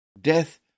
Death